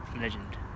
legend